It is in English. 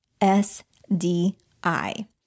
SDI